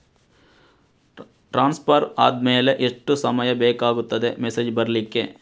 Transfer ಆದ್ಮೇಲೆ ಎಷ್ಟು ಸಮಯ ಬೇಕಾಗುತ್ತದೆ ಮೆಸೇಜ್ ಬರ್ಲಿಕ್ಕೆ?